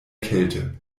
kälte